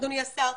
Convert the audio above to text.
אדוני היושב ראש,